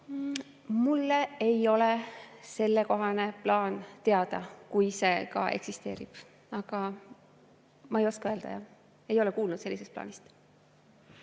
Mulle ei ole sellekohane plaan teada, kui see ka eksisteerib. Ma ei oska öelda, jah. Ei ole kuulnud sellisest plaanist.